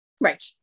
Right